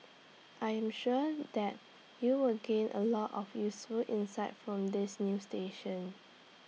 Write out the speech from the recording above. I am sure that you will gain A lot of useful insights from this new station